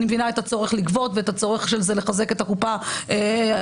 אני מבינה את הצורך לגבות ואת הצורך לחזק את הקופה הציבורית,